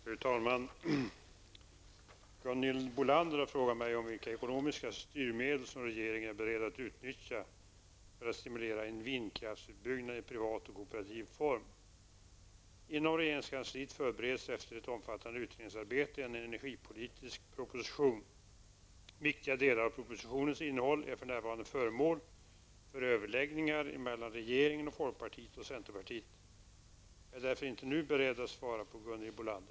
Fru talman! Gunhild Bolander har frågat mig vilka ekonomiska styrmedel som regeringen är beredd att utnyttja för att stimulera en vindkraftsutbyggnad i privat och kooperativ form. Inom regeringskansliet förbereds efter ett omfattande utredningsarbete en energipolitisk proposition. Viktiga delar av propositionens innehåll är för närvarande föremål för överläggningar mellan regeringen och folkpartiet och centerpartiet. Jag är därför inte nu beredd att svara på Gunhild